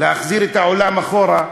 להחזיר את העולם אחורה?